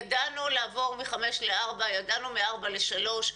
ידענו לעבור מגיל חמש לגיל ארבע וידענו לעבור מגיל ארבע לגיל שלוש.